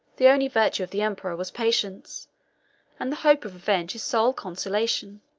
the only virtue of the emperor was patience and the hope of revenge his sole consolation.